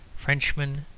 frenchmen,